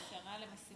השרה למשימות לאומיות.